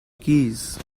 keys